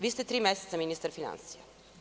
Vi ste tri meseca ministar finansija.